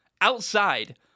outside